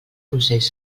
consells